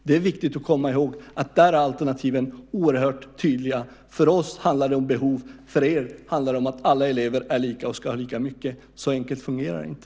Det är viktigt att komma ihåg att där är alternativen oerhört tydliga. För oss handlar det om behov, för er handlar det om att alla elever är lika och ska ha lika mycket. Så enkelt fungerar det inte.